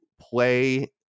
play